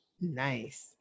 Nice